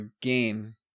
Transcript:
game